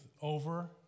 over